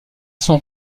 son